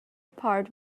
part